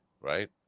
right